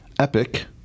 epic